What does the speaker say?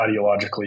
ideologically